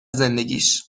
زندگیش